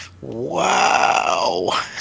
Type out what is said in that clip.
Wow